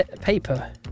paper